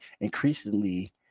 increasingly